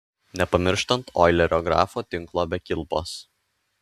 nepamirštant oilerio grafo tinklo be kilpos